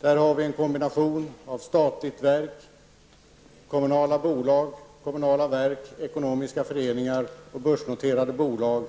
Där har vi en kombination av statligt verk, kommunala bolag, kommunala verk, ekonomiska föreningar och börsnoterade bolag.